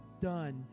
done